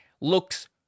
looks